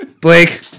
Blake